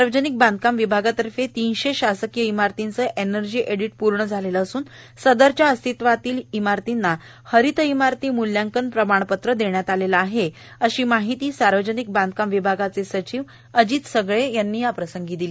सार्वजनिक बांधकाम विभागातर्फे तीनशे शासकीय इमारतींचे एनर्जी ऑडिट पूर्ण झालेले असून सदरच्या अस्तित्वातील इमारतींना हरित इमारती मूल्यांकन प्रमाणपत्र देण्यात आलेले आहे अशी माहिती सार्वजनिक बांधकाम विभागाचे सचिव अजित सगळे यांनी याप्रसंगी दिली